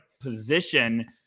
position